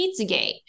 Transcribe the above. Pizzagate